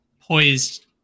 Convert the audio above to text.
poised